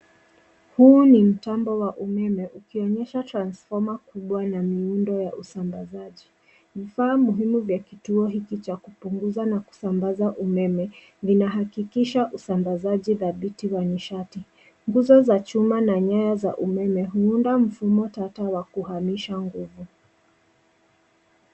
Huu ni mtambo wa umeme ukionyesha transfoma kubwa na miundo ya usambazaji. Vifaa muhimu vya kituo hiki cha kupunguza na kusambaza umeme ,vinahakikisha usambazaji dhabiti wa nishati .Nguzo za chuma na nyaya za umeme ,huunda mfumo tata wa kuhamisha nguvu.